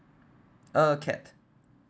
uh cat